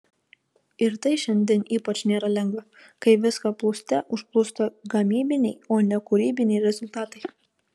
ir tai šiandien ypač nėra lengva kai viską plūste užplūsta gamybiniai o ne kūrybiniai rezultatai